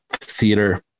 theater